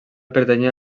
pertanyia